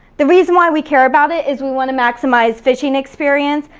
the reason why we care about it is we wanna maximize fishing experience,